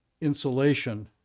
insulation